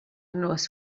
nos